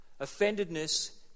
Offendedness